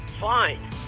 Fine